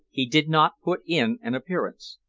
he did not put in an appearance.